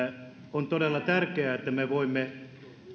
on todella tärkeää että me voimme